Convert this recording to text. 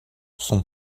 son